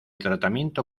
tratamiento